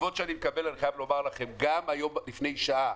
התשובות שאני מקבל, גם היום לפני שעה,